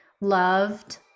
loved